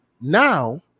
now